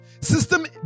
System